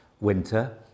winter